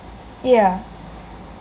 yah